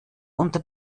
unter